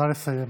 נא לסיים.